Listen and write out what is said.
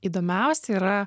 įdomiausia yra